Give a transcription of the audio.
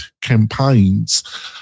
campaigns